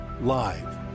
Live